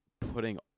putting